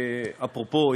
שאפרופו,